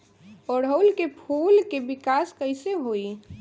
ओड़ुउल के फूल के विकास कैसे होई?